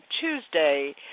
Tuesday